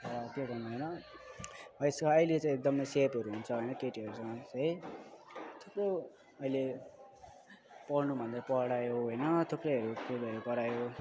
र के भन्नु होइन यसको अहिले चाहिँ एकदमै सेफहरू हुन्छ होइन केटीहरू समाज चाहिँ थुप्रो अहिले पढ्नु भन्दै पढायो होइन थुप्रैहरू खेलहरू गरायो